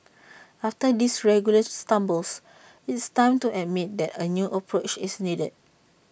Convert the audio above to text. after these regular stumbles it's time to admit that A new approach is needed